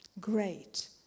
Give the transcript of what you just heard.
Great